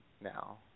now